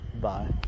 Bye